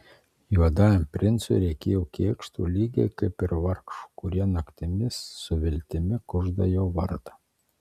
juodajam princui reikėjo kėkšto lygiai kaip ir vargšų kurie naktimis su viltimi kužda jo vardą